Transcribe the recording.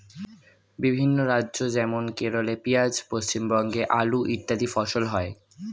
বিভিন্ন রাজ্য যেমন কেরলে পেঁয়াজ, পশ্চিমবঙ্গে আলু ইত্যাদি ফসল হয়